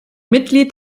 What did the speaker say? mitglied